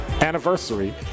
anniversary